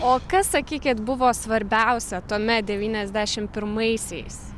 o kas sakykit buvo svarbiausia tuomet devyniasdešim pirmaisiais